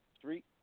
three